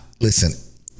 listen